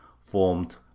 formed